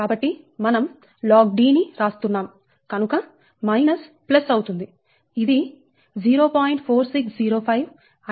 కాబట్టి మనం log D ని రాస్తున్నాము కనుక మైనస్ ప్లస్ అవుతుంది ఇది 0